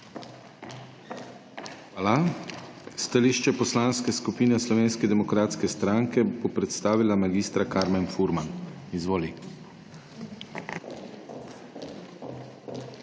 Hvala. Stališče Poslanske skupine Slovenske demokratske stranke bo predstavila mag. Karmen Furman. Izvoli.